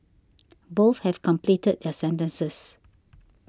both have completed their sentences